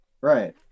Right